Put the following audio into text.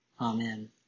Amen